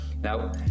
Now